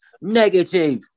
negative